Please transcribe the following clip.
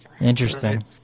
interesting